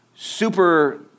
super